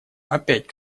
опять